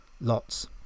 lots